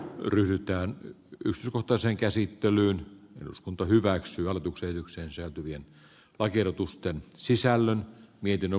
yllyttää kysy kotoiseen käsittelyyn eduskunta hyväksyy hallituksen yksinsoutujen oikeutusta sisällön mietinnön